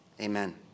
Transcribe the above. amen